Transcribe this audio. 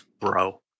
bro